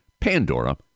Pandora